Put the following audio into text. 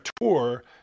tour